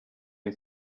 new